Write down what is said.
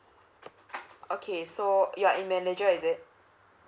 okay so you are a manager is it